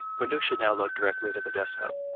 windows should ah load directly to the desktop